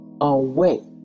away